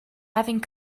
having